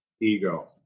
ego